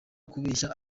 kubeshya